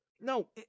No